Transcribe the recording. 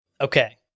Okay